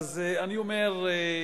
אני אומר,